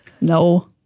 no